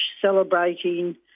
celebrating